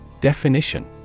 Definition